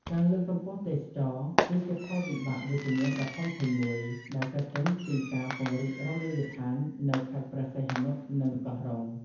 ការលើកកម្ពស់ទេសចរណ៍ គឺជាផលវិបាកវិជ្ជមានដ៏ធំធេងមួយ ដែលកើតចេញពីការពង្រីករមណីយដ្ឋាននៅខេត្តព្រះសីហនុ និងកោះរ៉ុង។